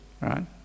right